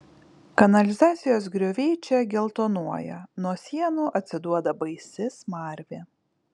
kanalizacijos grioviai čia geltonuoja nuo sienų atsiduoda baisi smarvė